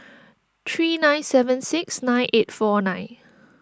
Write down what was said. three nine seven six nine eight four nine